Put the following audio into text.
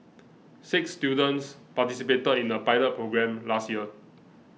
six students participated in a pilot programme last year